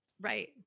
Right